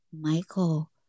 Michael